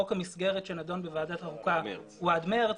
חוק המסגרת שנדון בוועדה הוא עד מארס.